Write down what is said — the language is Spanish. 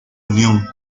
unión